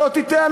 שלא תטעה,